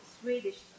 Swedish